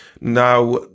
Now